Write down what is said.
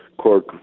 cork